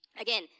Again